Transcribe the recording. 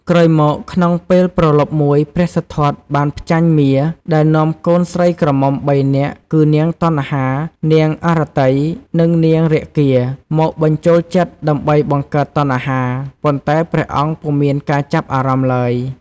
ក្រោយមកក្នុងពេលព្រលប់មួយ ព្រះសិទ្ធត្ថបានផ្ចាញ់មារដែលនាំកូនស្រីក្រមុំ ៣ នាក់ គឺ នាងតណ្ហា នាងអរតី និងនាងរាគា មកបញ្ចូលចិត្តដើម្បីបង្កើតតណ្ហា ប៉ុន្តែព្រះអង្គពុំមានការចាប់អារម្មណ៍ឡើយ។